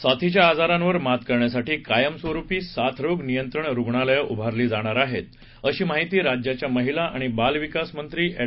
साथीच्या आजारांवर मात करण्यासाठी कायमस्वरूपी साथरोग नियंत्रण रूग्णालयं उभारली जाणार आहेत अशी माहिती राज्याच्या महिला आणि बालविकास मंत्री एड